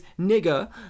nigger